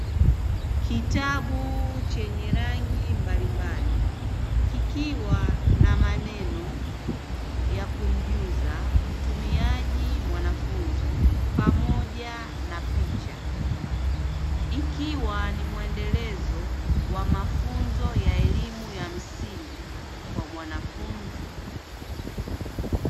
Kitabu chenye rangi mbalimbali, kikiwa na maneno ya kumjuza mtumiaji mwanafunzi pamoja na picha, ikiwa ni mwendelezo wa mafunzo ya elimu ya msingi kwa mwanafunzi.